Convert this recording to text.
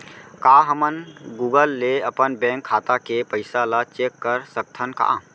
का हमन गूगल ले अपन बैंक खाता के पइसा ला चेक कर सकथन का?